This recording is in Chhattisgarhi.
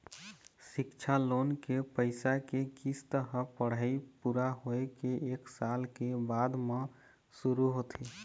सिक्छा लोन के पइसा के किस्त ह पढ़ाई पूरा होए के एक साल के बाद म शुरू होथे